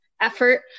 effort